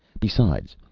besides,